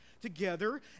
together